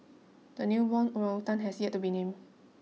the newborn blow done has yet to be named